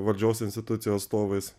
valdžios institucijų atstovais